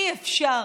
אי-אפשר